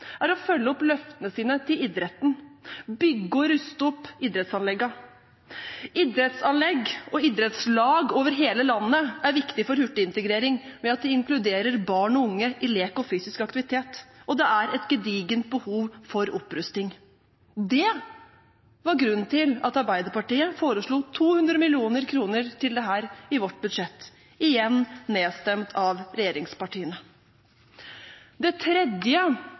er å følge opp løftene sine til idretten om å bygge og ruste opp idrettsanleggene. Idrettsanlegg og idrettslag over hele landet er viktig for hurtigintegrering ved at de inkluderer barn og unge i lek og fysisk aktivitet. Det er et gedigent behov for opprusting. Det var grunnen til at Arbeiderpartiet foreslo 200 mill. kr. til dette i vårt budsjett. Igjen ble vi nedstemt av regjeringspartiene. Det tredje